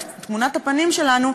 את תמונת הפנים שלנו,